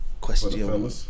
Question